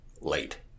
late